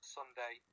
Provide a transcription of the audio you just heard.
Sunday